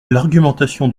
l’argumentation